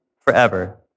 forever